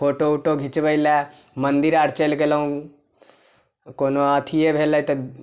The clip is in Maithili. फोटो उटो घिचबय लए मन्दिर आर चलि गेलहुँ कोनो अथिये भेलै तऽ